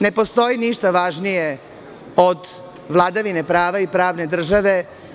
Ne postoji ništa važnije od vladavine prava i pravne države.